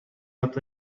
that